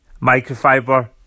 Microfiber